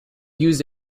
used